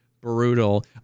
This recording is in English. brutal